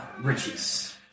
Riches